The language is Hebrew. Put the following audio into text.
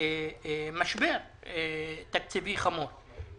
למשבר תקציבי חמור.